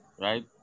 right